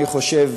אני חושב,